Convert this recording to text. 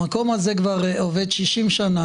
המקום הזה עובד 60 שנה.